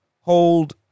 hold